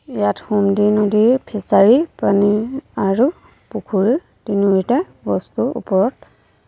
ইয়াত সোমদি নদীৰ ফিচাৰীৰ পানী আৰু পুখুৰী তিনিওটা বস্তুৰ ওপৰত